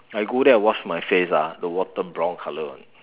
I go there and wash my face ah the water brown colour [one]